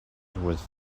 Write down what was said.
with